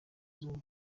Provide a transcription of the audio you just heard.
izuba